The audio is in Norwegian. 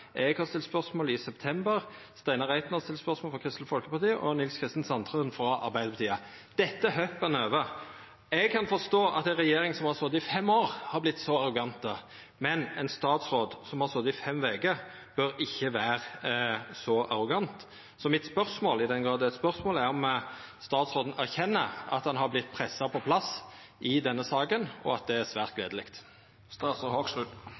eg stilte spørsmål i september, Steinar Reiten har stilt spørsmål frå Kristeleg Folkeparti – og Nils Kristen Sandtrøen frå Arbeidarpartiet. Dette hoppar ein over. Eg kan forstå at ei regjering som har sete i fem år, har vorte så arrogant, men ein statsråd som har sete i fem veker, bør ikkje vera så arrogant. Så mitt spørsmål – i den grad det er eit spørsmål – er om statsråden erkjenner at han har vorte pressa på plass i denne saka, og at det er svært